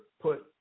put